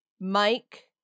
Mike